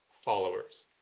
followers